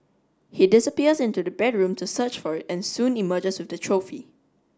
he disappears into the bedroom to search for it and soon emerges with the trophy